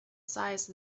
size